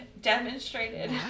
Demonstrated